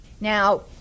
Now